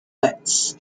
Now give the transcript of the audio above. bats